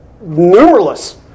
numerous